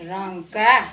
रङका